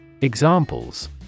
Examples